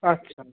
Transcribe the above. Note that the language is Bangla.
আচ্ছা